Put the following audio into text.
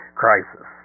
crisis